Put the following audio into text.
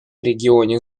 регионе